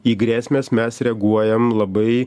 į grėsmes mes reaguojam labai